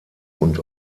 und